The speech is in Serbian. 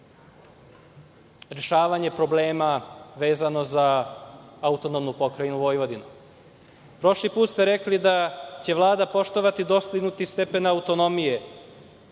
rešavanje problema vezano za AP Vojvodinu? Prošli put ste rekli da će Vlada poštovati dostignuti stepen autonomije,